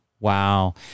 Wow